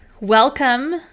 Welcome